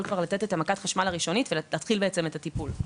לתת את מכת החשמל הראשונית ולהתחיל את הטיפול.